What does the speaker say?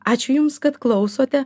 ačiū jums kad klausote